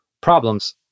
problems